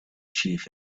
chief